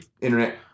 internet